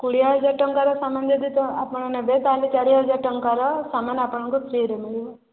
କୋଡ଼ିଏ ହଜାର ଟଙ୍କାର ସାମାନ ଯଦି ଆପଣ ନେବେ ତାହାଲେ ଚାରି ହଜାର ଟଙ୍କାର ସାମାନ ଆପଣଙ୍କୁ ଫ୍ରିରେ ମିଳିବ